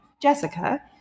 Jessica